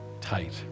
tight